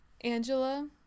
Angela